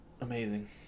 Amazing